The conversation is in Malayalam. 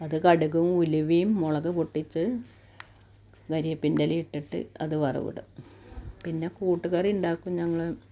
അത് കടുകും ഉലുവേം മുളക് പൊട്ടിച്ച് കരിയെപ്പിൻറ്റെലേം ഇട്ടിട്ട് അത് വറവിടും പിന്നെ കൂട്ടുകറിയുണ്ടാക്കും ഞങ്ങൾ